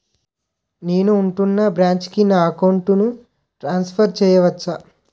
నేను ఉంటున్న బ్రాంచికి నా అకౌంట్ ను ట్రాన్సఫర్ చేయవచ్చా?